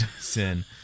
Sin